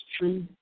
true